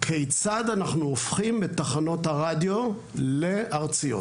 כיצד אנחנו הופכים את תחנות הרדיו לארציות.